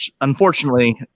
Unfortunately